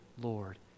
Lord